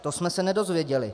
To jsme se nedozvěděli.